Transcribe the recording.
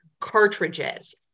cartridges